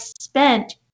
spent